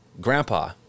grandpa